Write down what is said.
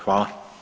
Hvala.